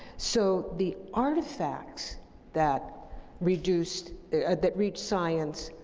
so, the artifacts that reached that reached science,